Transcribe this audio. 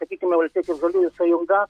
sakykime valstiečių ir žaliųjų sąjunga